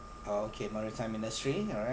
oh okay maritime industry all right